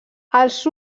els